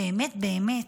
באמת, באמת,